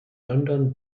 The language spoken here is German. london